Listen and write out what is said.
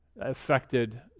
Affected